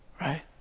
Right